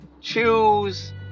choose